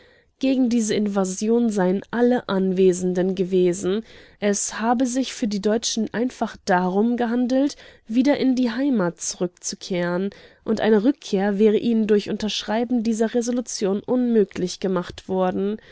gegen diese invasion seien alle anwesenden gewesen es habe sich für die deutschen einfach darum gehandelt wieder in die heimat zurückzukehren und eine rückkehr wäre ihnen durch unterschreiben dieser resolution unmöglich gemacht worden